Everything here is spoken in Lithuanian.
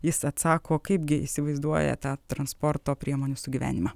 jis atsako kaip gi įsivaizduoja tą transporto priemonių sugyvenimą